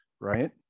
right